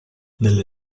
nelle